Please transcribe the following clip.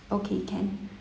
okay can